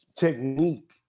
technique